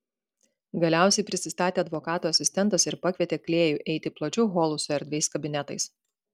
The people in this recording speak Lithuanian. galiausiai prisistatė advokato asistentas ir pakvietė klėjų eiti plačiu holu su erdviais kabinetais